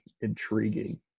intriguing